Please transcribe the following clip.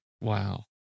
Wow